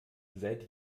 seit